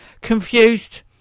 Confused